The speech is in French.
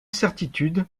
certitudes